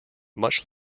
much